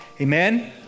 Amen